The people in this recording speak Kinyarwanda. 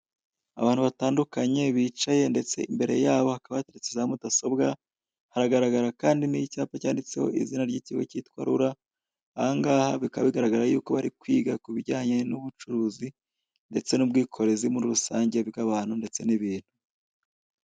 Abantu batandukanye bicaye ndetse imbere yabo hakaba hateretse za mudasobwa haragaragara kandi n'icyapa cyanditseho izina ry'ikigo kitwa RURA aha ngaha bikaba bigaragara yuko bari kwiga kubijyanye n'ubucuruzi ndetse n'ubwikorezi muri rusange bwa bantu ndetse n'ibintu.